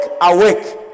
awake